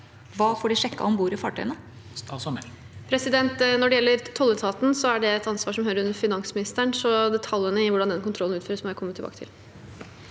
Hva får de sjekket om bord i fartøyene? Statsråd Emilie Mehl Når det gjelder tolletaten, er det et ansvar som hører under finansministeren, så detaljene i hvordan den kontrollen utføres, må jeg komme tilbake til.